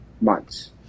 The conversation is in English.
months